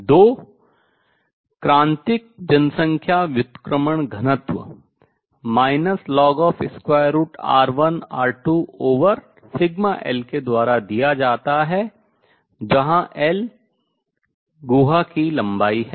दो क्रांतिक जनसंख्या व्युत्क्रमण घनत्व ln√σL के द्वारा दिया जाता है जहां L cavity गुहा की लंबाई है